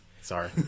Sorry